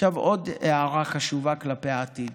עכשיו עוד הערה חשובה כלפי העתיד.